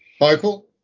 Michael